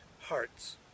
hearts